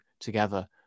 together